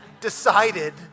decided